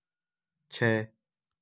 छः